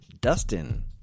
Dustin